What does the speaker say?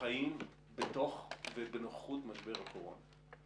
חיים בנוכחות משבר הקורונה.